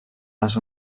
les